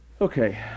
Okay